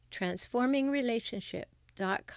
Transformingrelationship.com